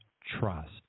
trust